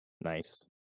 Nice